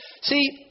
See